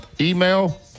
Email